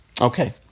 Okay